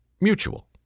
mutual